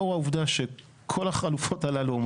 לפי חוק נדרשת הסכמת הרשות המקומית,